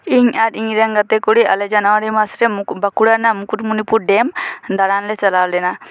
ᱤᱧ ᱟᱨ ᱤᱧ ᱨᱮᱱ ᱜᱟᱛᱮ ᱠᱩᱲᱤ ᱟᱞᱮ ᱡᱟᱱᱩᱭᱟᱨᱤ ᱢᱟᱥ ᱨᱮ ᱵᱟᱸᱠᱩᱲᱟ ᱨᱮᱱᱟᱜ ᱢᱩᱠᱩᱴᱢᱚᱱᱤᱯᱩᱨ ᱰᱮᱢ ᱫᱟᱬᱟᱱ ᱞᱮ ᱪᱟᱞᱟᱣ ᱞᱮᱱᱟ